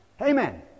Amen